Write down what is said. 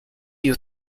you